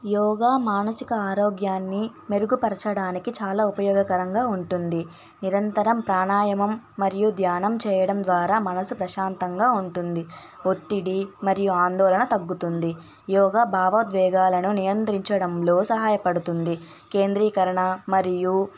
యోగ మానసిక ఆరోగ్యాన్ని మెరుగుపరచడానికి చాలా ఉపయోగకరంగా ఉంటుంది నిరంతరం ప్రాణాయమం మరియు ధ్యానం చేయడం ద్వారా మనసు ప్రశాంతంగా ఉంటుంది ఒత్తిడి మరియు ఆందోళన తగ్గుతుంది యోగ భావోద్వేగాలను నియంత్రించడంలో సహాయపడుతుంది కేంద్రీకరణ మరియు